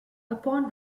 upon